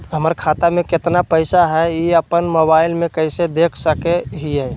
हमर खाता में केतना पैसा हई, ई अपन मोबाईल में कैसे देख सके हियई?